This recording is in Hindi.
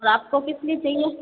और आप को किस लिए चाहिए